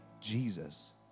Jesus